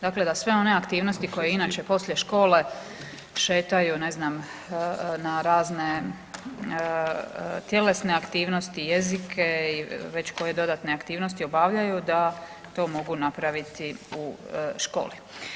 Dakle, da sve one aktivnosti koje inače poslije škole šetaju ne znam na razne tjelesne aktivnosti, jezike i već koje dodatne aktivnosti obavljaju da to mogu napraviti u školi.